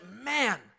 man